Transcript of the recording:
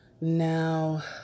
Now